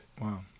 Wow